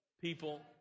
people